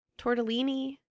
tortellini